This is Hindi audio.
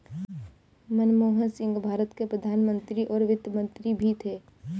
मनमोहन सिंह भारत के प्रधान मंत्री और वित्त मंत्री भी थे